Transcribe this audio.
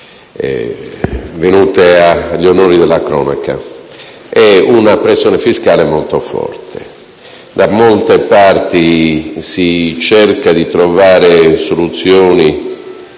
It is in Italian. venuti agli onori della cronaca, insieme a una pressione fiscale molto forte. Da molte partì si cerca di trovare soluzioni